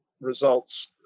results